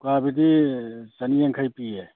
ꯎꯀꯥꯕꯤꯗꯤ ꯆꯅꯤꯌꯥꯡꯈꯩ ꯄꯤꯌꯦ